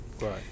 Right